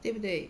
对不对